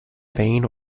vain